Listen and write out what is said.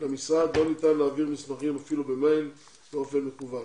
למשרד ולא ניתן להעביר מסמכים אפילו במייל באופן מקוון.